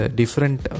different